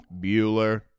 Bueller